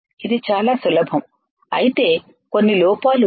ఇది చాలా సులభం అయితే కొన్ని లోపాలు ఉన్నాయి